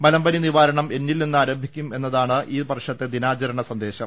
മലമ്പനി നിവാരണം എന്നിൽ നിന്ന് ആരംഭിക്കും എന്നതാണ് ഇൌ വർഷത്തെ ദിനാചരണ സന്ദേശം